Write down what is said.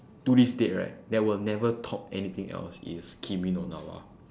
to this date right that will never top anything else is kimi no na wa